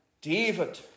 David